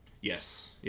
Yes